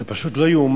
זה פשוט לא ייאמן.